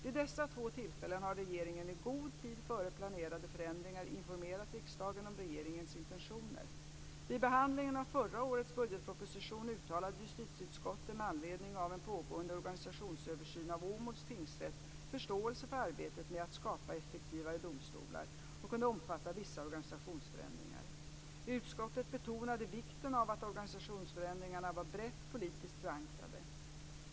Vid dessa två tillfällen har regeringen i god tid före planerade förändringar informerat riksdagen om sina intentioner. Vid behandlingen av förra årets budgetproposition uttalade justitieutskottet, med anledning av en pågående organisationsöversyn av Åmåls tingsrätt, förståelse för att arbetet med att skapa effektivare domstolar kunde omfatta vissa organisationsändringar. Utskottet betonade vikten av att organisationsförändringarna var brett politiskt förankrade.